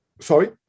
Sorry